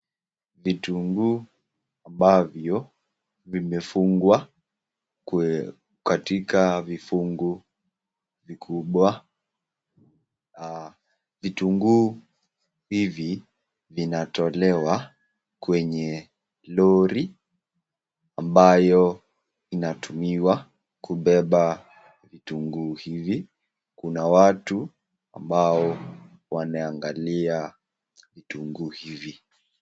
Vitunguu ambavyo vimefungwa katika vifungu vikubwa. Vitunguu hivi vinatolewa kwenye lori ambayo inatumiwa kubeba vitunguu hivi. Kuna watu ambao wanaangalia vitunguu hivi.